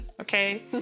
okay